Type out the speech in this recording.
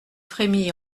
frémis